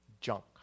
junk